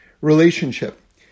relationship